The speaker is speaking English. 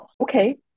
Okay